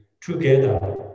together